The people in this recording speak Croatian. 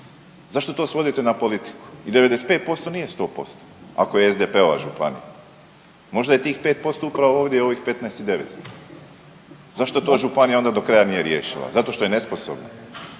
Zašto to svodite na politiku? I 95% nije 100%, ako je SDP-ova županija, možda je tih 5% upravo ovdje u ovih 15 900. Zašto to županija do kraja nije riješila? Zato što je nesposobna?